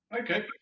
okay